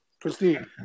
Christine